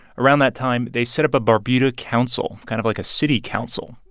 around that time, they set up a barbuda council kind of like a city council.